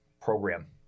program